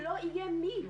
לא יהיו למי לתת.